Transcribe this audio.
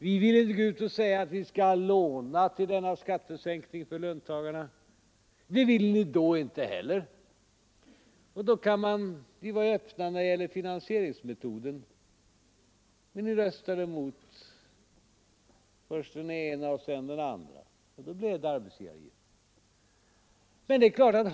Vi ville inte låna till denna skattesänkning för löntagarna. Det ville då inte ni heller. Vi var öppna när det gällde finansieringsmetoden, men ni röstade emot först den ena och sedan den andra metoden, och då blev det en höjning av arbetsgivaravgiften.